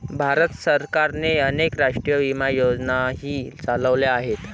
भारत सरकारने अनेक राष्ट्रीय विमा योजनाही चालवल्या आहेत